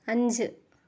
അഞ്ച്